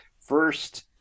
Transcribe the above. first